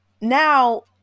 now